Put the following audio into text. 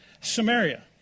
Samaria